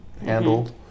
handled